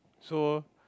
so